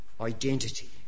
identity